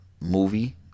movie